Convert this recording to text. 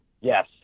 Yes